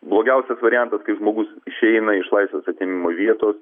blogiausias variantas kaip žmogus išeina iš laisvės atėmimo vietos